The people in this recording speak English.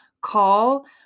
call